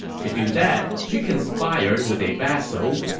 to do that, she conspired with a vassal.